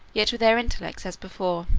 yet with their intellects as before.